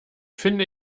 finde